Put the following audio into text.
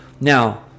Now